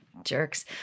Jerks